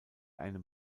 einem